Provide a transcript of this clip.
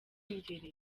imbere